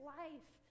life